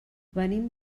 venim